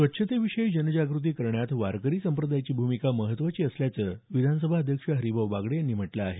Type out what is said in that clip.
स्वच्छतेविषयी जनजागृती करण्यात वारकरी संप्रदायाची भूमिका महत्वाची असल्याचं विधानसभा अध्यक्ष हरिभाऊ बागडे यांनी म्हटलं आहे